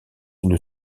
une